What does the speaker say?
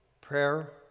prayer